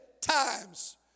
times